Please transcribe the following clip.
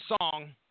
song